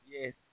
Yes